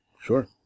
Sure